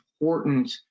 important